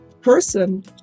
person